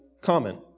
common